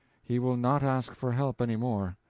he will not ask for help any more.